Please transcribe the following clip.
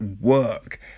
work